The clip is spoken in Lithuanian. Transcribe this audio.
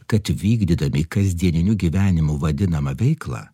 kad vykdydami kasdieniniu gyvenimu vadinamą veiklą